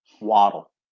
Waddle